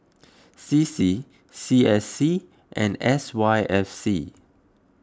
C C C S C and S Y F C